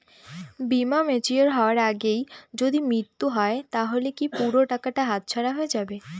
বীমা ম্যাচিওর হয়ার আগেই যদি মৃত্যু হয় তাহলে কি পুরো টাকাটা হাতছাড়া হয়ে যাবে?